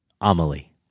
Amelie